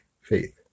faith